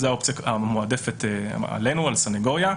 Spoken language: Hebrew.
זו האופציה המועדפת עלינו, על הסנגוריה.